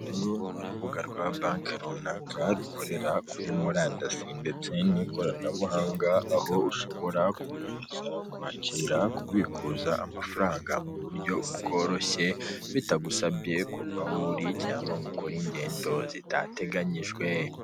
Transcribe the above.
Uru ni urubuga rwa bake runaka rukorera kuri murandasi, ndetse n'ikoranabuhanga aho ushobora kohereza, kwakira ,kubikuza amafaranga mu buryo bworoshye bitagusabyeye kuva aho uri cyangwa ngo ukore ingendo zidateganyijwe.